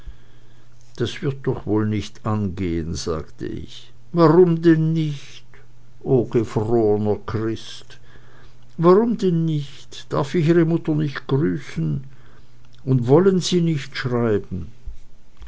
das wird doch nicht wohl angehen sagte ich warum denn nicht o gefrorner christ warum denn nicht darf ich ihre mutter nicht grüßen und wollen sie nicht schreiben